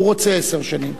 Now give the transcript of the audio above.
והוא רוצה עשר שנים.